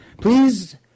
Please